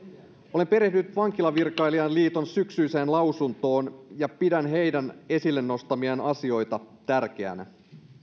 olen perehtynyt vankilavirkailijain liiton syksyiseen lausuntoon ja pidän heidän esille nostamiaan asioita tärkeinä